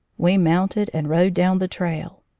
we mounted and rode down the trail.